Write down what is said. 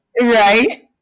Right